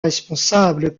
responsable